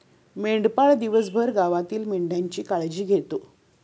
मेंढपाळ दिवसभर गावातील मेंढ्यांची काळजी घेतो